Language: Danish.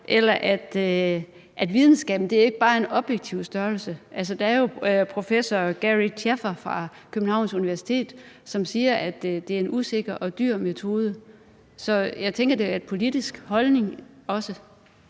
med, at videnskaben ikke bare er en objektiv størrelse? Der er jo professor Gary Shaffer fra Københavns Universitet, som siger, at det er en usikker og dyr metode. Så jeg tænker, at det også er en politisk holdning.